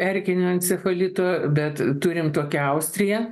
erkinio encefalito bet turim tokią austriją